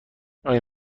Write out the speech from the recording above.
آیا